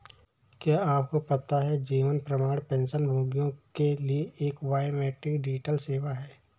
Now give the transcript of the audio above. क्या आपको पता है जीवन प्रमाण पेंशनभोगियों के लिए एक बायोमेट्रिक डिजिटल सेवा है?